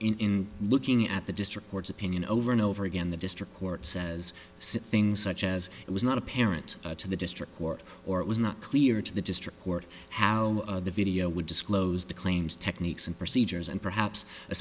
in looking at the district court's opinion over and over again the district court says see things such as it was not apparent to the district court or it was not clear to the district court how the video would disclose the claims techniques and procedures and perhaps a